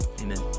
Amen